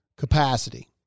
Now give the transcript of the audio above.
capacity